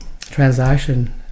transaction